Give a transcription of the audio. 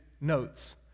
notes